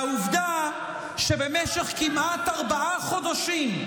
והעובדה שבמשך כמעט ארבעה חודשים,